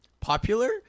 Popular